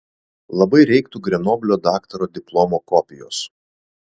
labai reiktų grenoblio daktaro diplomo kopijos